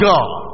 God